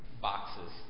boxes